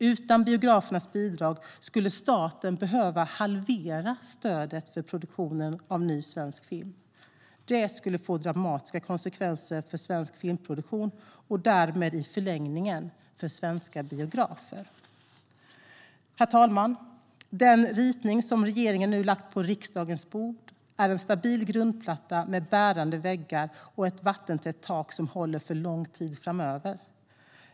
Utan biografernas bidrag skulle staten behöva halvera stödet för produktion av ny svensk film. Det skulle få dramatiska konsekvenser för svensk filmproduktion och därmed i förlängningen för svenska biografer. Herr talman! Den ritning som regeringen har lagt på riksdagens bord är en stabil grundplatta med bärande väggar och ett vattentätt tak som håller för lång tid framöver.